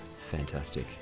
Fantastic